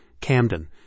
Camden